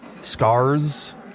Scars